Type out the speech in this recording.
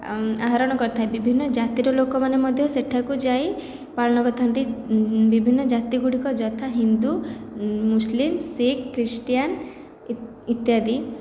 ଆହରଣ କରିଥାଏ ବିଭିନ୍ନ ଜାତିର ଲୋକ ମଧ୍ୟ ସେଠାକୁ ଯାଇ ପାଳନ କରିଥାନ୍ତି ବିଭିନ୍ନ ଜାତିଗୁଡ଼ିକ ଯଥା ହିନ୍ଦୁ ମୁସଲିମ ଶିଖ ଖ୍ରୀଷ୍ଟିୟାନ୍ ଇତ୍ୟାଦି